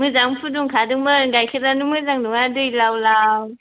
मोजाङै फुदुं खादोंमोन गायखेरआनो मोजां नङा दै लाव लाव